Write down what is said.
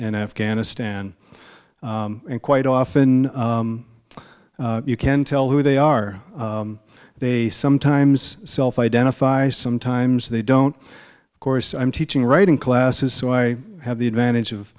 in afghanistan and quite often you can tell who they are they sometimes self identify sometimes they don't course i'm teaching writing classes so i have the advantage of